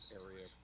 area